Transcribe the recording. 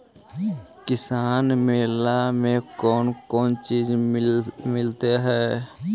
किसान मेला मे कोन कोन चिज मिलै है?